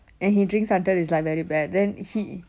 and he drinks until it's like very bad then he